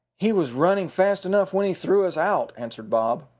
he was running fast enough when he threw us out, answered bob.